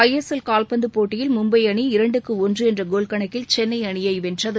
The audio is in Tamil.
ஐ எஸ் எல் கால்பந்து போட்டியில் மும்பை அணி இரண்டுக்கு ஒன்று என்ற கோல் கணக்கில் சென்னை அணியை வென்றது